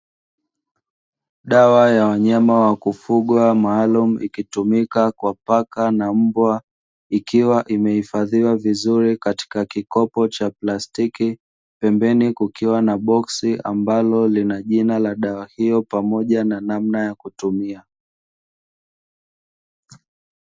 Dawa ya wanyama wa kufugwa maalumu ikitumika kwa paka na mbwa, ikiwa imehifadhiwa vizuri katika kikopo cha plastiki, pembeni kukiwa na boksi ambalo lina jina la dawa hiyo pamoja na namna ya kutumia.